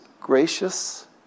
gracious